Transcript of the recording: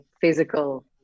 physical